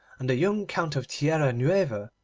and the young count of tierra-nueva,